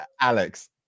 alex